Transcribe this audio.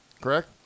correct